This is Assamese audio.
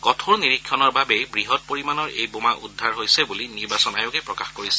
কঠোৰ নিৰীক্ষণৰ বাবে বৃহৎ পৰিমাণৰ এই বোমা উদ্ধাৰ হৈছে বুলি নিৰ্বাচন আয়োগে প্ৰকাশ কৰিছে